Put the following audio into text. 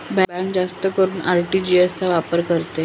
bank जास्त करून RTGS चा वापर करते